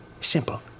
Simple